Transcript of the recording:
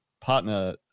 partner